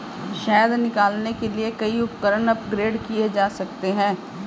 शहद निकालने के लिए कई उपकरण अपग्रेड किए जा सकते हैं